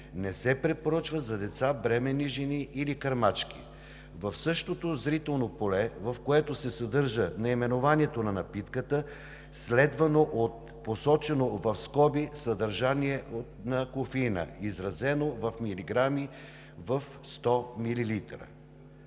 Не се препоръчва за деца, бременни жени или кърмачки“. В същото зрително поле, в което се съдържа наименованието на напитката, следва посочено в скоби съдържание на кофеина, изразено в милиграми в 100